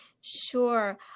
Sure